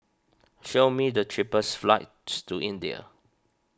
show me the cheapest flights to India